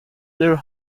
their